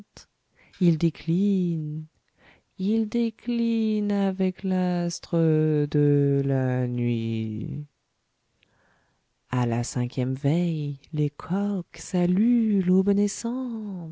il décline il décline avec l'astre de la nuit a la cinquième veille les coqs saluent